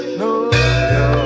no